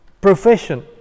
profession